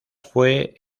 fue